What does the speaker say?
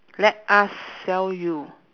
let us sell you